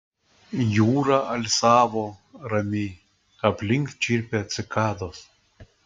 jūra alsavo ramiai aplink čirpė cikados